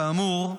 כאמור,